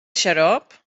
xarop